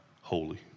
holy